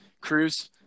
cruise